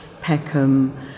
Peckham